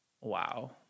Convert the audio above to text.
wow